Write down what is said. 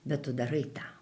bet tu darai tą